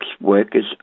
workers